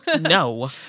No